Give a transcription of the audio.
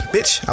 Bitch